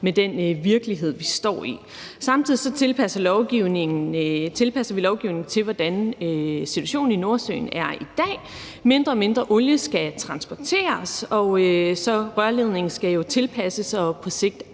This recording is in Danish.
med den virkelighed, vi står i. Samtidig tilpasser vi lovgivningen til, hvordan situationen i Nordsøen er i dag: Mindre og mindre olie skal transporteres, så rørledningen skal jo tilpasses og på sigt